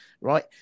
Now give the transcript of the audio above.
right